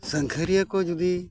ᱥᱟᱸᱜᱷᱟᱨᱤᱭᱟᱹ ᱠᱚ ᱡᱩᱫᱤ